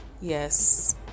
yes